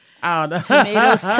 Tomatoes